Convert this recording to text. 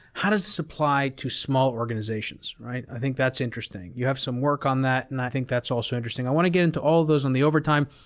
how does this apply to small organizations? i think that's interesting. you have some work on that, and i think that's also interesting. i want to get into all those on the overtime.